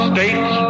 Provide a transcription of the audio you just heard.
States